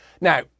Now